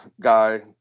guy